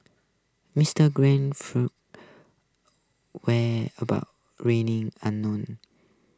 Mister grace whereabouts remain unknown